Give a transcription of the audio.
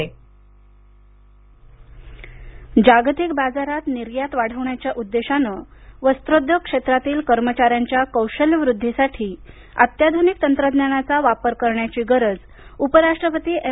वस्त्रोद्योग जागतिक बाजारात निर्यात वाढवण्याच्या उद्देशानं वस्त्रोद्योग क्षेत्रातील कर्मचाऱ्यांच्या कौशल्यवृद्धीसाठी अत्याधुनिक तंत्रज्ञानाचा वापर करण्याची गरज उपराष्ट्रपती एम